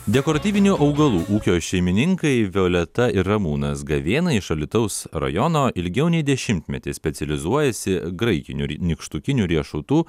dekoratyvinių augalų ūkio šeimininkai violeta ir ramūnas gavėnai iš alytaus rajono ilgiau nei dešimtmetį specializuojasi graikinių ir nykštukinių riešutų